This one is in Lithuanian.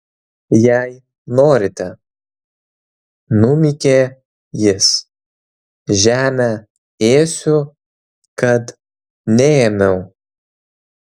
jei norite numykė jis žemę ėsiu kad neėmiau